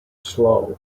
slow